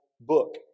book